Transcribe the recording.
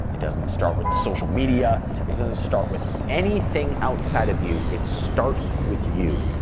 it doesn't start with social media. it doesn't start with anything outside of you, it starts with you.